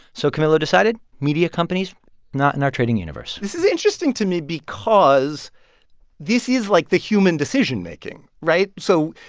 so camilo decided media companies not in our trading universe this is interesting to me because this is like the human decision-making, right? so,